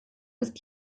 ist